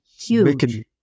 huge